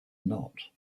not